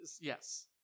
yes